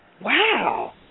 Wow